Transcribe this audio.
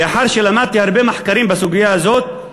לאחר שלמדתי הרבה מחקרים בסוגיה הזאת,